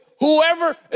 Whoever